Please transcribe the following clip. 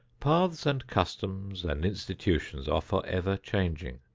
paths and customs and institutions are forever changing.